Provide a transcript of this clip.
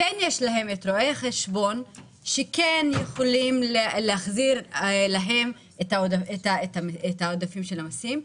כן יש להם את רואי החשבון שכן יכולים להחזיר להם את העודפים של המיסים,